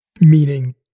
Meaning